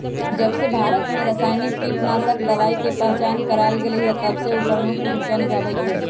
जबसे भारत में रसायनिक कीटनाशक दवाई के पहचान करावल गएल है तबसे उ प्रमुख भूमिका निभाई थई